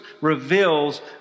reveals